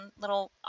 little